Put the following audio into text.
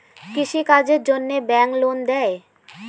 কৃষি কাজের জন্যে ব্যাংক লোন দেয়?